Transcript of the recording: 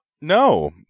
No